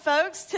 folks